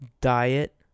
Diet